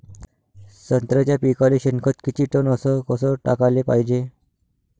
संत्र्याच्या पिकाले शेनखत किती टन अस कस टाकाले पायजे?